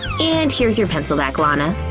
and here's your pencil back, lana.